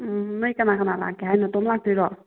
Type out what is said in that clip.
ꯎꯝ ꯅꯣꯏ ꯀꯅꯥ ꯀꯅꯥ ꯂꯥꯛꯀꯦ ꯍꯥꯏꯅꯣ ꯅꯇꯣꯝ ꯂꯥꯛꯇꯣꯏꯔꯣ